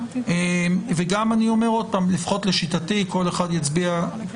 אני אומר שוב שלפחות לשיטתי בהינתן